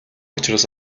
учраас